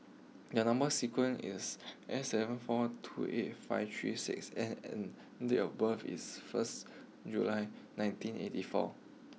the number sequence is S seven four two eight five three six N and date of birth is first July nineteen eighty four